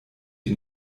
die